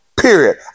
period